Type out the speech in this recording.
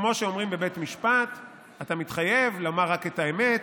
כמו שאומרים בבית משפט: אתה מתחייב לומר רק את האמת,